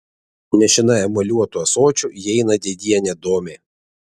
nešina emaliuotu ąsočiu įeina dėdienė domė